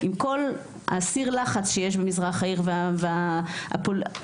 עם כל הסיר לחץ שיש במזרח העיר ועם הפוליטיקה